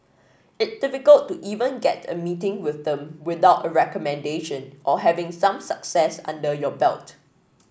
it's difficult to even get a meeting with them without a recommendation or having some success under your belt